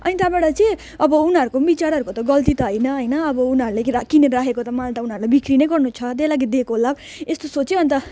अनि त्यहाँबाट चाहिँ अब उनीहरूको पनि बिचाराहरूको त गल्ती त होइन होइन अब उनीहरूले के रा किनेर राखेको त माल त उनीहरूलाई बिक्री नै गर्नु छ त्यही लागि दिएको होला यस्तो सोचे अन्त